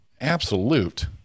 absolute